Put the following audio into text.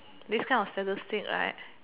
this kind of statistic right